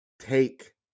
take